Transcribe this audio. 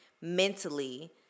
mentally